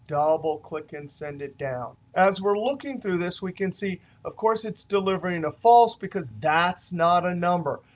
double click, and send it down. as we're looking through this, we can see of course it's delivering a false because that's not a number.